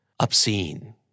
Obscene